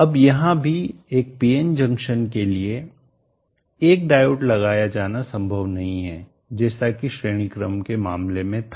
अब यहाँ भी एक पीएन जंक्शन के लिए एक डायोड लगाया जाना संभव नहीं है जैसा कि श्रेणी क्रम के मामले में था